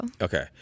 Okay